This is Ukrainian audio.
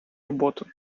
роботу